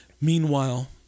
Meanwhile